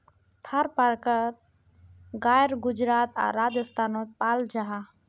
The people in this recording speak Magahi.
थारपारकर गाय गुजरात आर राजस्थानोत पाल जाहा